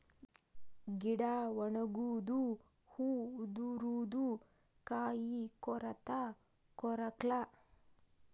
ಗಿಡಾ ಒಣಗುದು ಹೂ ಉದರುದು ಕಾಯಿ ಕೊರತಾ ಕೊರಕ್ಲಾ